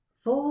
four